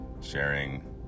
sharing